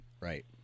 Right